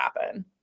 happen